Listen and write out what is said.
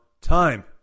time